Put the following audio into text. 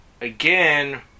Again